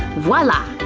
voila!